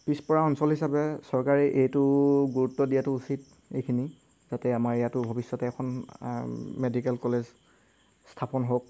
পিছপৰা অঞ্চল হিচাপে চৰকাৰে এইটো গুৰুত্ব দিয়াটো উচিত এইখিনি যাতে আমাৰ ইয়াতো ভৱিষ্যতে এখন মেডিকেল কলেজ স্থাপন হওক